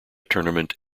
tournament